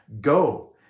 go